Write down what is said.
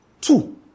Two